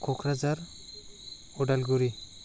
Kokrajhar Udalguri